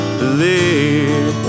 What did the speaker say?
believe